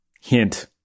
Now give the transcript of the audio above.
Hint